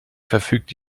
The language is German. verfügt